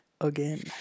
again